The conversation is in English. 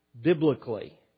biblically